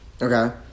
Okay